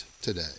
today